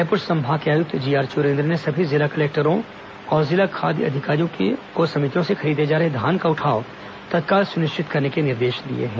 रायपुर संभाग के आयुक्त जीआर चुरेन्द्र ने सभी जिला कलेक्टरों और जिला खाद्य अधिकारियों को समितियों से खरीदे जा रहे धान का उठाव तत्काल सुनिश्चित करने के निर्देश दिए हैं